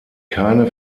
keine